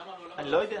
למה --- אני לא יודע,